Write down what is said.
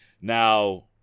Now